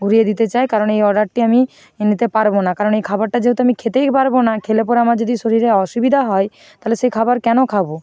ঘুরিয়ে দিতে চাই কারণ এই অর্ডারটি আমি নিতে পারব না কারণ এই খাবারটা যেহেতু আমি খেতেই পারব না খেলে পরে আমার যদি শরীরে অসুবিধা হয় তাহলে সেই খাবার কেন খাবো